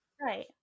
Right